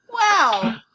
Wow